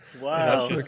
wow